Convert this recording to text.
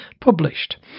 published